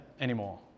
anymore